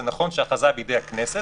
נכון שההכרזה בידי הכנסת,